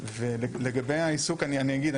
ולגבי העיסוק אני אגיד,